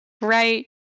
Right